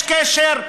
ולשר שטייניץ יש קשר,